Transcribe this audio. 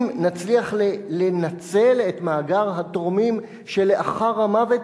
אם נצליח לנצל את מאגר התורמים שלאחר המוות,